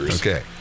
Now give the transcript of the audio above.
Okay